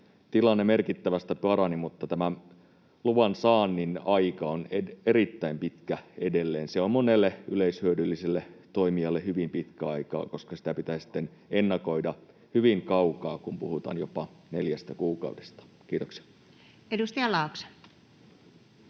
parani merkittävästi, mutta tämä luvansaannin aika on erittäin pitkä edelleen. Se on monelle yleishyödylliselle toimijalle hyvin pitkä aika, koska sitä pitää sitten ennakoida hyvin kaukaa, kun puhutaan jopa neljästä kuukaudesta. — Kiitoksia. [Speech 187]